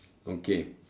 okay